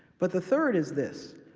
but the third is this.